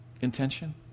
intention